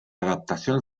adaptación